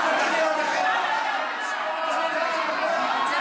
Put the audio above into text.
הקראת לי את זה.